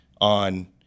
on